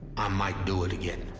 i might do it again.